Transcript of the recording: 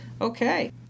Okay